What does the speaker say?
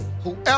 Whoever